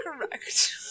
correct